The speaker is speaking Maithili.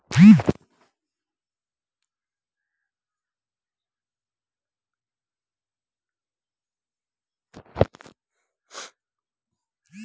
आनलाइन माध्यम सँ मोबाइल नंबर सँ अकाउंट केँ आइ काल्हि जोरल जा सकै छै